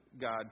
God